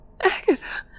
Agatha